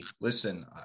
listen